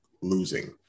losing